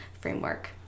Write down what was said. framework